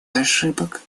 ошибок